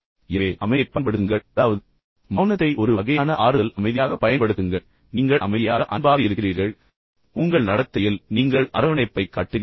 எனவே அமைதியைப் பயன்படுத்துங்கள் அதாவது மௌனத்தை ஒரு வகையான ஆறுதல் அமைதியாகப் பயன்படுத்துங்கள் நீங்கள் அமைதியாக இருக்கிறீர்கள் ஆனால் அன்பாக இருக்கிறீர்கள் உங்களுடைய நடத்தையில் உங்கள் நடத்தையில் நீங்கள் அரவணைப்பைக் காட்டுகிறீர்கள்